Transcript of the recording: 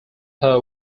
per